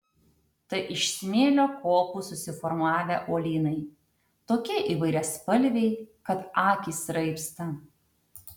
tai iš smėlio kopų susiformavę uolynai tokie įvairiaspalviai kad akys raibsta